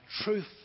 truth